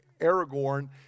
Aragorn